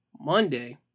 Monday